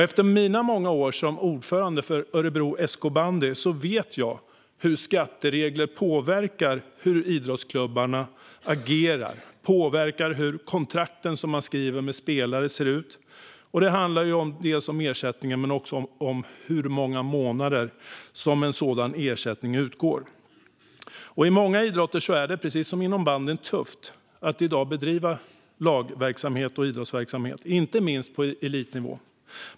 Efter mina många år som ordförande för Örebro SK Bandy vet jag hur skatteregler påverkar hur idrottsklubbarna agerar och hur kontrakten man skriver med spelare ser ut. Det handlar om den ersättning som ges men också om hur många månader som en sådan ersättning utgår. I många idrotter är det, precis som inom bandyn, tufft att i dag bedriva lagverksamhet och idrottsverksamhet, inte minst på elitnivå.